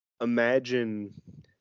imagine